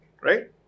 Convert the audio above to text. Right